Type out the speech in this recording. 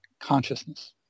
consciousness